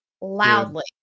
loudly